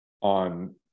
on